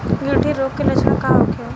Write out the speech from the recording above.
गिल्टी रोग के लक्षण का होखे?